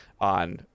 on